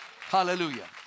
Hallelujah